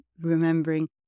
remembering